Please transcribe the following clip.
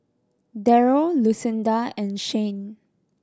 Darrell Lucinda and Shane